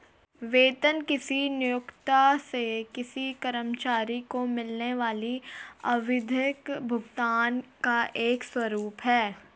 वेतन किसी नियोक्ता से किसी कर्मचारी को मिलने वाले आवधिक भुगतान का एक स्वरूप है